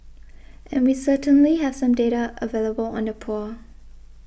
and we certainly have some data available on the poor